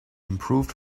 improved